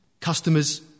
customers